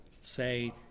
say